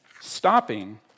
stopping